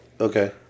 Okay